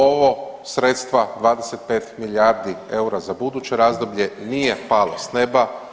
Ovo sredstva 25 milijardi eura za buduće razdoblje nije palo s neba.